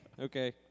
Okay